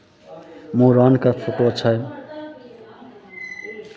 मूड़नके फोटो छै